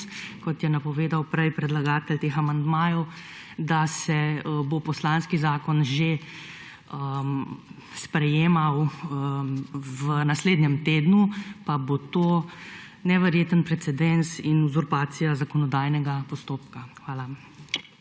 kot je napovedal prej predlagatelj teh amandmajev, da se bo poslanski zakon sprejemal že v naslednjem tednu, pa bo to neverjeten precedens in uzurpacija zakonodajnega postopka. Hvala.